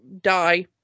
die